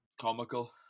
comical